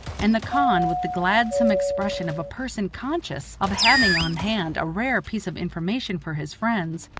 and the khan with the gladsome expression of a person conscious of having on hand a rare piece of information for his friends,